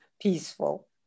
peaceful